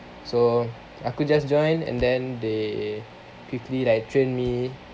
so aku just join and then they quickly like train me